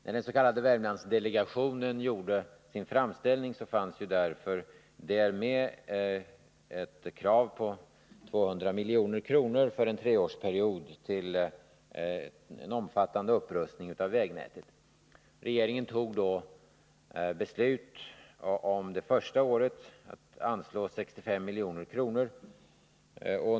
När den s.k. Värmlandsdelegationen gjorde sin framställning fanns det med ett krav på 200 milj.kr. för en treårsperiod till en omfattande upprustning av vägnätet. Regeringen fattade då beslutet att för det första året anslå 65 milj.kr.